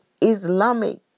Islamic